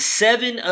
seven